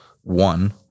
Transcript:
one